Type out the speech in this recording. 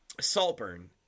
Saltburn